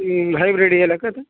ఈ హైబ్రిడ్వి లెక్క అయితే